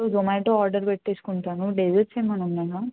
through Zomato order పెట్టేసుకుంటాను desserts ఏమైనా ఉన్నాయా